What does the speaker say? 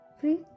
Free